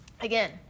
again